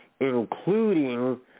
including